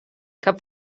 cap